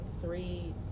three